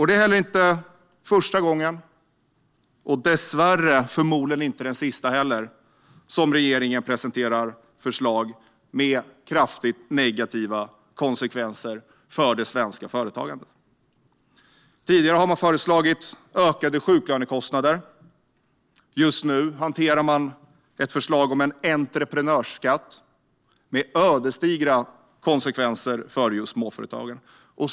Det är inte första gången - och, dessvärre, förmodligen heller inte den sista - som regeringen presenterar förslag med kraftigt negativa konsekvenser för det svenska företagandet. Tidigare har man föreslagit ökade sjuklönekostnader. Just nu hanterar man ett förslag om en entreprenörsskatt med ödesdigra konsekvenser för just småföretagen.